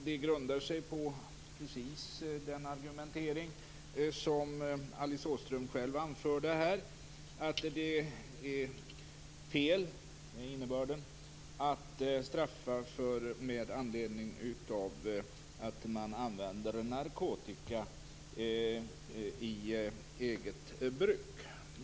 Det grundar sig på precis den argumentering som Alice Åström själv förde här, att det är fel att straffa med anledning av att man använder narkotika för eget bruk.